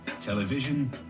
Television